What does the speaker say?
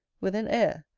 with an air,